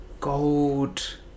gold